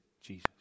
Jesus